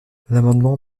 l’amendement